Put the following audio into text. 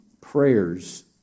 prayers